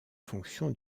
fonction